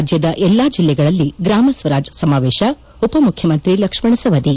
ರಾಜ್ಯದ ಎಲ್ಲಾ ಜಿಲ್ಲೆಗಳಲ್ಲಿ ಗ್ರಾಮ ಸ್ವರಾಜ್ ಸಮಾವೇಶ ಉಪಮುಖ್ಯಮಂತ್ರಿ ಲಕ್ಷ್ಮಣ ಸವದಿ